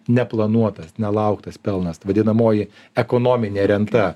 neplanuotas nelauktas pelnas vadinamoji ekonominė renta